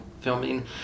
filming